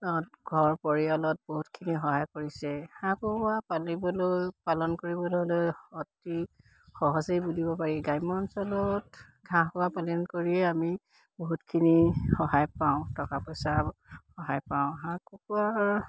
ঘৰ পৰিয়ালত বহুতখিনি সহায় কৰিছে হাঁহ কুকুৰা পালিবলৈ পালন কৰিবলৈ হ'লে অতি সহজেই বুলিব পাৰি গ্ৰাম্য অঞ্চলত হাঁহ কুকুৰা পালন কৰিয়ে আমি বহুতখিনি সহায় পাওঁ টকা পইচা সহায় পাওঁ হাঁহ কুকুৰাৰ